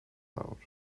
out